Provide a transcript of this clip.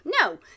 No